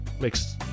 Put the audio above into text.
makes